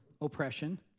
oppression